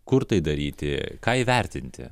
kur tai daryti ką įvertinti